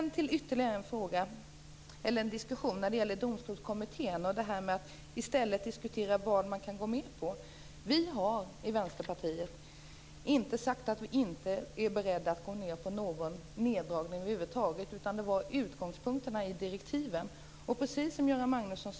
När det sedan gäller Domstolskommittén och diskussionen om vad man kan gå med på har vi i Vänsterpartiet inte sagt att vi inte är beredda att gå med på någon neddragning över huvud taget, utan det var utgångspunkterna i direktiven som vi inte kunde ställa oss bakom.